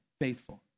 faithful